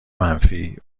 منفی